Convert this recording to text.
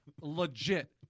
legit